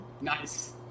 Nice